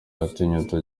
yatinyutse